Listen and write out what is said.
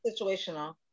situational